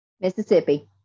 Mississippi